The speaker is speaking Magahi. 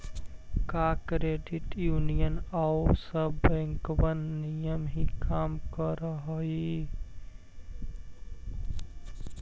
का क्रेडिट यूनियन आउ सब बैंकबन नियन ही काम कर हई?